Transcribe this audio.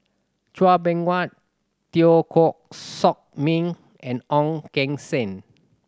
Chua Beng Huat Teo Koh Sock Ming and Ong Keng Sen